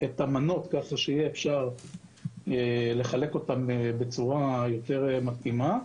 את המנות כך שיהיה אפשר לחלק אותן בצורה יותר מתאימה.